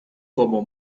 como